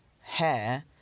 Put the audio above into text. hair